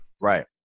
right